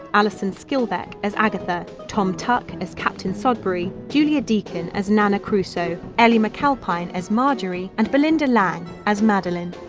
alison skilbeck as agatha, thom tuck as captain sodbury, julia deakin as nana crusoe, elle mcalpine as marjorie, and belinda lang as madeleine.